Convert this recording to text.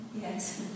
Yes